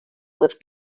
with